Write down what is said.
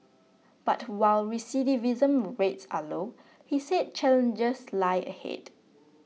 but while recidivism rates are low he said challenges lie ahead